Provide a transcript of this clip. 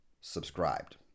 subscribed